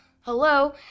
Hello